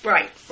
Right